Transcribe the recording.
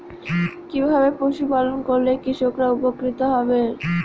কিভাবে পশু পালন করলেই কৃষকরা উপকৃত হবে?